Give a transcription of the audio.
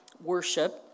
worship